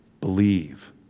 Believe